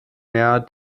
mehr